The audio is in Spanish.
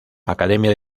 academia